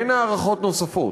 ואין הארכות נוספות,